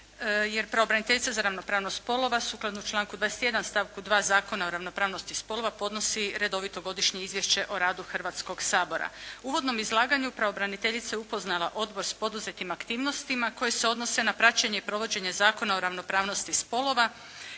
jer pravobraniteljica za ravnopravnost spolova, sukladno članku 21. stavku 2. Zakona o ravnopravnosti spolova, podnosi redovito godišnje izvješće o radu Hrvatskog sabora. U uvodnom izlaganju pravobraniteljica je upoznala odbor s poduzetim aktivnostima koje se odnose na praćenje i provođenje Zakona o ravnopravnosti spolova,